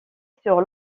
sur